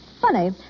Funny